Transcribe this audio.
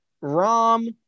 Rom